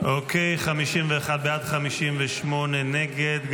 51 בעד, 58 נגד.